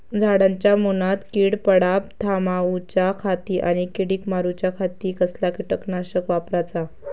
झाडांच्या मूनात कीड पडाप थामाउच्या खाती आणि किडीक मारूच्याखाती कसला किटकनाशक वापराचा?